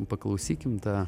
paklausykim tą